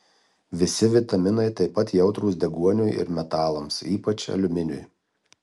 visi vitaminai taip pat jautrūs deguoniui ir metalams ypač aliuminiui